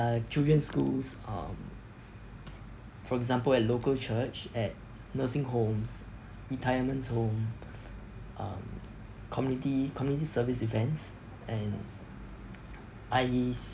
children schools um for example at local church at nursing homes retirements home um community community service events and i~ it's